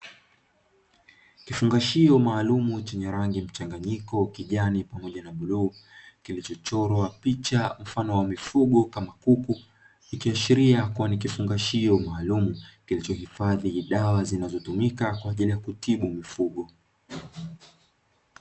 Kifungashio maalumu chenye rangi mchanganyiko kijani pamoja na bluu, kilichochorwa picha mfano kama kuku, ikiashiria kuwa ni kifungashio maalumu kinachotumika kwa ajili ya kuhifadhi dawa zinazotumiwa na mifugo.